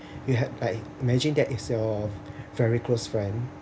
you had like imagine that it's your very close friend